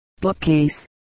bookcase